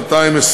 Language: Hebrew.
מ/1003,